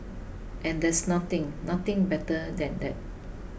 and there's nothing nothing better than that